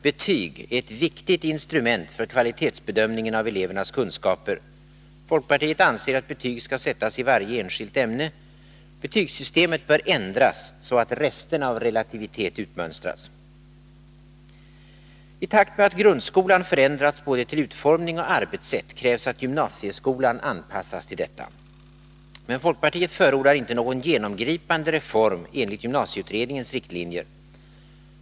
Betyg är ett viktigt instrument för kvalitetsbedömningen av elevernas kunskaper. Folkpartiet anser att betyg skall sättas i varje enskilt ämne. Betygssystemet bör ändras så att resterna av relativitet utmönstras. I takt med att grundskolan förändrats både till utformning och till arbetssätt krävs att gymnasieskolan anpassas till detta. Folkpartiet förordar inte någon genomgripande reform enligt gymnasieutredningens riktlinjer.